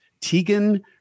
Tegan